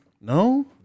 No